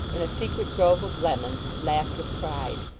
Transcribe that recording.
in a secret grove of lemons, laughed with pride.